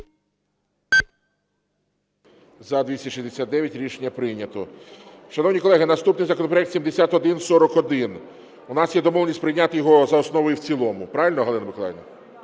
За-269 Рішення прийнято. Шановні колеги, наступний законопроект 7141. У нас є домовленість прийняти його за основу і в цілому правильно, Галина Миколаївна? Так,